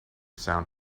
sound